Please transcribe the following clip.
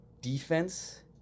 defense